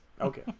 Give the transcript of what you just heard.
Okay